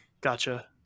Gotcha